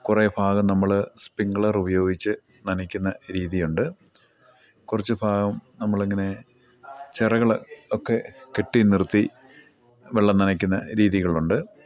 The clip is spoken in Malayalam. കുറേ ഭാഗം നമ്മൾ സ്പ്രിംഗ്ലർ ഉപയോഗിച്ച് നനക്കുന്ന രീതിയുണ്ട് കുറച്ച് ഭാഗം നമ്മളിങ്ങനെ ചിറകൾ ഒക്കെ കെട്ടി നിർത്തി വെള്ളം നനയ്ക്കുന്ന രീതികളുണ്ട്